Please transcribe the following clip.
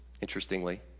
interestingly